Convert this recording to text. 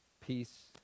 peace